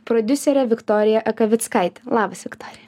prodiuserė viktorija akavickaitė labas viktorija